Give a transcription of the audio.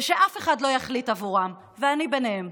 ושאף אחד אחר לא יחליט בעבורן, ואני בהן.